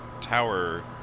Tower